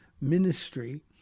ministry